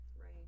right